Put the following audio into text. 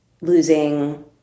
losing